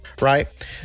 right